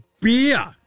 beer